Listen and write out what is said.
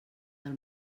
del